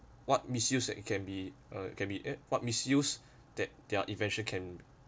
what misuse that it can be uh can be uh what misuse that their invention can